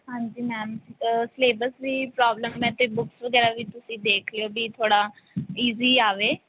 ਹਾਂਜੀ ma'am syllabus ਦੀ problem ਮੈਂ ਤਾਂ ਬੁੱਕਸ ਵਗੈਰਾ ਵੀ ਤੁਸੀਂ ਦੇਖ ਲਿਓ ਵੀ ਥੋੜ੍ਹਾ ਈਜ਼ੀ ਆਵੇ